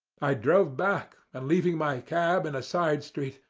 i drove back, and leaving my cab and a side street,